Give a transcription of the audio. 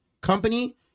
company